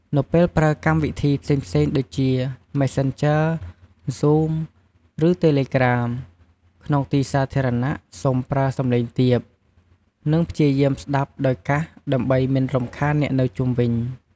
នៅពេលប្រើកម្មវិធីផ្សេងៗ ដូចជា មេសសេនជឺ (Messanger), ហ្សូម (Zoom) ឬ តេលេក្រាម (Telegram) ក្នុងទីសាធារណៈ សូមប្រើសំឡេងទាប និងព្យាយាមស្ដាប់ដោយកាសដើម្បីមិនរំខានអ្នកនៅជុំវិញ។